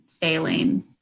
failing